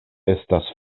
estas